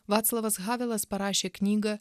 vaclavas havelas parašė knygą